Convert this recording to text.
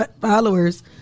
followers